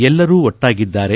ಎಲ್ಲರು ಒಟ್ಟಾಗಿದ್ದಾರೆ